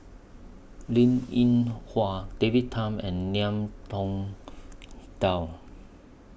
Linn in Hua David Tham and Ngiam Tong Dow